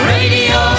Radio